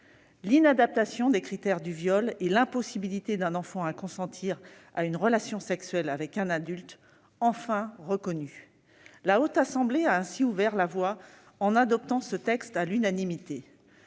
L'inadaptation des critères du viol et l'impossibilité pour un enfant de consentir à une relation sexuelle avec un adulte étaient enfin reconnues. La Haute Assemblée a ainsi ouvert la voie en adoptant ce texte à l'unanimité.